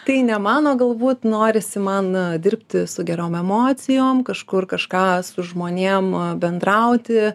tai ne mano galbūt norisi man dirbti su gerom emocijom kažkur kažką su žmonėm bendrauti